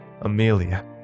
Amelia